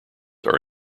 are